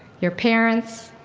your parents,